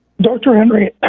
doctor henry,